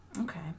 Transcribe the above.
Okay